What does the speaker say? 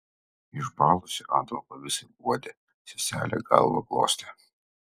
išbalusį adolfą visaip guodė seselė galvą glostė